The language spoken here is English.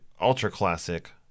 ultra-classic